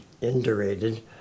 indurated